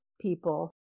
people